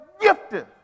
gifted